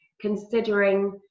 considering